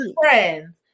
friends